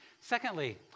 Secondly